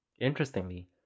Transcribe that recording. Interestingly